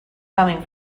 coming